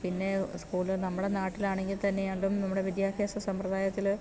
പിന്നെ സ്കൂള് നമ്മുടെ നാട്ടിലാണെങ്കിൽ തന്നെയാണേലും നമ്മുടെ വിദ്യാഭ്യാസ സമ്പ്രദായത്തില്